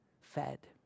fed